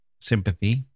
sympathy